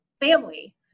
family